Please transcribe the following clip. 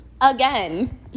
Again